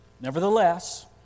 Nevertheless